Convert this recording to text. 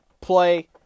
play